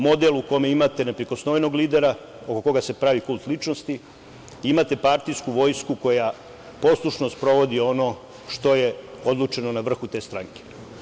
Model u kome imate neprikosnovenog lidera oko koga se pravi kult ličnosti, imate partijsku vojsku koja poslušno sprovodi ono što je odlučeno na vrhu te stranke.